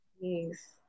Yes